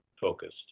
focused